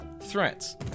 Threats